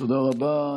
תודה רבה.